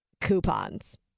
Coupons